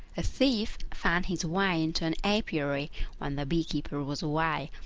a thief found his way into an apiary when the bee-keeper was away,